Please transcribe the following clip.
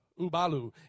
Ubalu